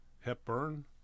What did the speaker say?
Hepburn